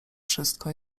wszystko